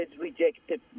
rejected